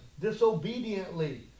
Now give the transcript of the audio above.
disobediently